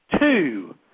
two